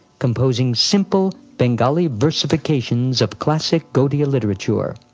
composing simple bengali versifications of classic gaudiya literature.